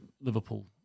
Liverpool